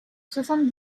soixante